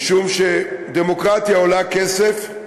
משום שדמוקרטיה עולה כסף,